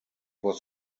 was